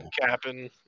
capping